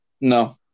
No